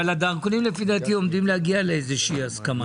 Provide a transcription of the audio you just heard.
אבל בנושא הזה עומדים להגיע לאיזושהי הסכמה.